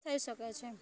થઈ શકે છે